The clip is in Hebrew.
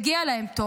מגיע להם טוב.